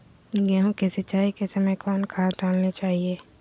गेंहू के सिंचाई के समय कौन खाद डालनी चाइये?